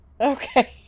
Okay